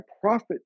profit